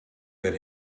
than